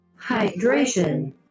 Hydration